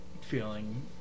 feeling